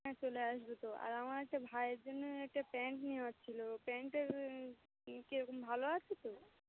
হ্যাঁ চলে আসবো তো আর আমার একটা ভায়ের জন্য একটা প্যান্ট নেওয়ার ছিলো প্যান্টের কেরকম ভালো আছে তো